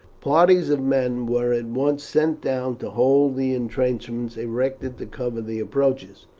parties of men were at once sent down to hold the intrenchments erected to cover the approaches.